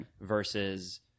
versus